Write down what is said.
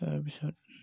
তাৰপিছত